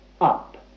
up